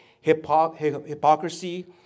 hypocrisy